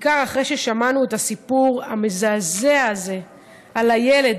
בעיקר אחרי ששמענו את הסיפור המזעזע הזה על הילד,